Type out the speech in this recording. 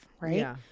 right